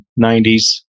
90s